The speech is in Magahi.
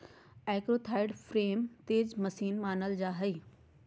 आर्कराइट वाटर फ्रेम तेज मशीन मानल जा हई